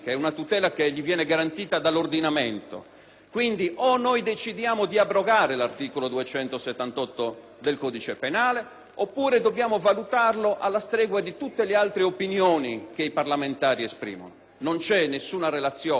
Pertanto,o decidiamo di abrogare l'articolo 278 del codice penale oppure dobbiamo valutarlo alla stregua di tutte le altre opinioni che i parlamentari esprimono. Non c'è alcuna relazione, alcun nesso funzionale tra l'attività